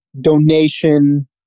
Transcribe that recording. donation